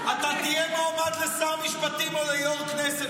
אמרתי כבר כמה וכמה פעמים: אין אמון במערכת המשפט.